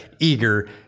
eager